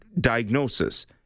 diagnosis